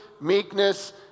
meekness